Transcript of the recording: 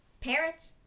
Parrots